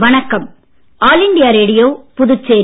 வணக்கம் all India radio Puducherry